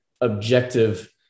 objective